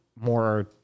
more